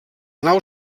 nau